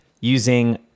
using